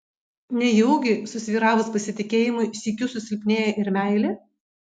nejaugi susvyravus pasitikėjimui sykiu susilpnėja ir meilė